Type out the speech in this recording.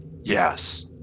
yes